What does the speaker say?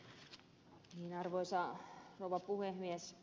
arvoisa rouva puhemies